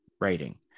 writing